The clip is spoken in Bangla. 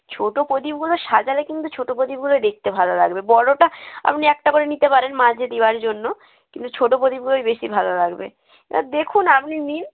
ছোট প্রদীপগুলো সাজালে কিন্তু ছোট প্রদীপগুলো দেখতে ভালো লাগবে বড়টা আপনি একটা করে নিতে পারেন মাঝে দেওয়ার জন্য কিন্তু ছোট প্রদীপগুলোই বেশি ভালো লাগবে এবার দেখুন আপনি নিন